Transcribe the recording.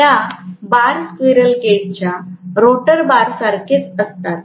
त्या bar squirrel cage च्या rotor बारसारखेच असतात